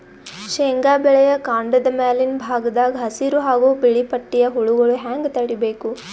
ಶೇಂಗಾ ಬೆಳೆಯ ಕಾಂಡದ ಮ್ಯಾಲಿನ ಭಾಗದಾಗ ಹಸಿರು ಹಾಗೂ ಬಿಳಿಪಟ್ಟಿಯ ಹುಳುಗಳು ಹ್ಯಾಂಗ್ ತಡೀಬೇಕು?